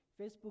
Facebook